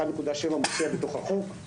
1.7% מופיע בתוך החוק.